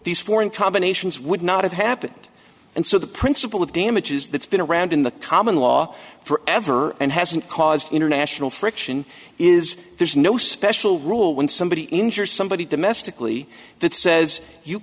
these foreign combinations would not have happened and so the principle of damages that's been around in the common law forever and hasn't caused international friction is there's no special rule when somebody injure somebody domestically that says you